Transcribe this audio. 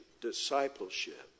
discipleship